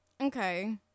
Okay